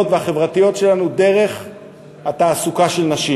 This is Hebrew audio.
והחברתיות שלנו דרך התעסוקה של נשים.